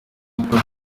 atari